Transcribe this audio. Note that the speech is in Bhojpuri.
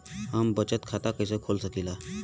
हम बचत खाता कईसे खोल सकिला?